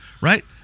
Right